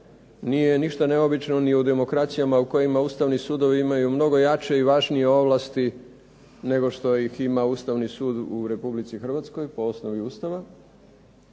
nije ništa neobično ni u demokracijama u kojima ustavni sudovi imaju mnogo jače i važnije ovlasti nego što ih ima Ustavni sud u Republici Hrvatskoj po osnovi Ustava.